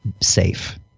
safe